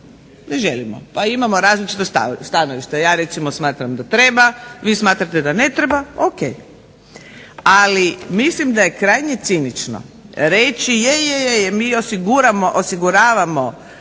ne želimo pa imamo različito stajalište. Ja recimo smatram da treba, vi smatrate da ne treba, o.k. ali mislim da je krajnje cinično reći je, je, je mi osiguravamo